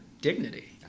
dignity